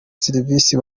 serivisi